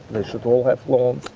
they should all have loans.